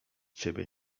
ciebie